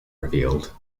revealed